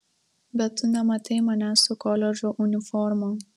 bet tu nematei manęs su koledžo uniforma